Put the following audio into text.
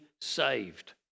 saved